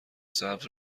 سبز